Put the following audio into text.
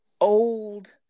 old